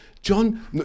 John